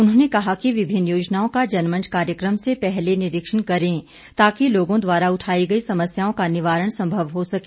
उन्होंने कहा कि विभिन्न योजनाओं का जनमंच कार्यक्रम से पहले निरीक्षण करें ताकि लोगों द्वारा उठाई गई समस्याओं का निवारण संभव हो सके